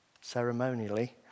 ceremonially